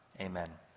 Amen